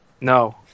No